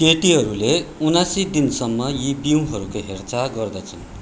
केटीहरूले उन्नासी दिनसम्म यी बिउहरूको हेरचाह गर्दछन्